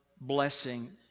blessing